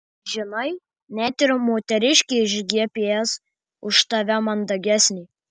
žinai net ir moteriškė iš gps už tave mandagesnė